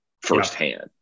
firsthand